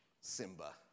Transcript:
Simba